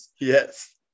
Yes